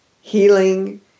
healing